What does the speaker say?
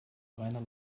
reiner